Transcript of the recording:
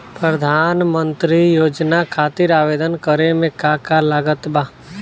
प्रधानमंत्री योजना खातिर आवेदन करे मे का का लागत बा?